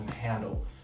handle